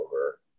over